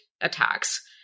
attacks